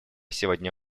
сегодня